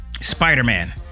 Spider-Man